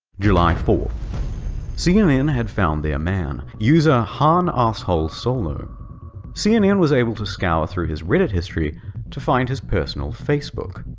july four cnn had found their man, user hanassholesolo. cnn was able to scour through his reddit history to find his personal facebook.